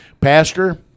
Pastor